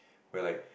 where like